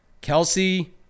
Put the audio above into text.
Kelsey –